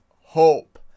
hope